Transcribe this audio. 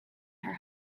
her